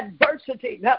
adversity